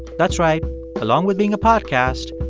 that's right along with being a podcast,